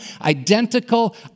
identical